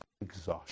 exhaustion